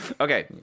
Okay